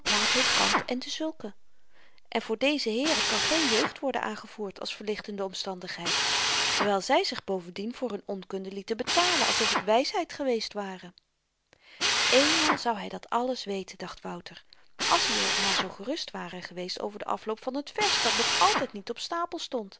kant en dezulken en voor deze heeren kan geen jeugd worden aangevoerd als verlichtende omstandigheid terwyl zy zich bovendien voor hun onkunde lieten betalen als of t wysheid geweest ware eenmaal zou hy dat alles weten dacht wouter als i maar zoo gerust ware geweest over den afloop van t vers dat nog altyd niet op stapel stond